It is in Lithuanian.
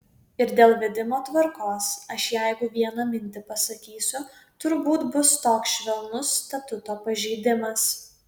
ir dėl vedimo tvarkos aš jeigu vieną mintį pasakysiu turbūt bus toks švelnus statuto pažeidimas